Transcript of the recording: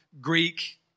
Greek